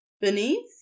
Beneath